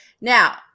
Now